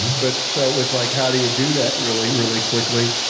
but so it was like how do you do that really, really quickly?